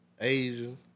Asian